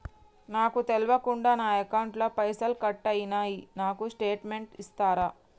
నాకు తెల్వకుండా నా అకౌంట్ ల పైసల్ కట్ అయినై నాకు స్టేటుమెంట్ ఇస్తరా?